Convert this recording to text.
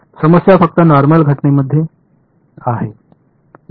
समस्या फक्त नॉर्मल घटनांमध्ये आहे